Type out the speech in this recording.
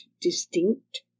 distinct